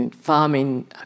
farming